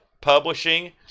Publishing